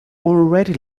already